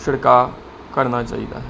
ਛਿੜਕਾ ਕਰਨਾ ਚਾਹੀਦਾ ਹੈ